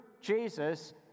Jesus